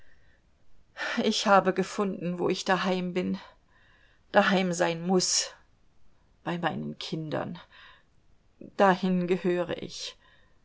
ich habe gefunden wo ich daheim bin daheim sein muß bei meinen kindern dahin gehöre ich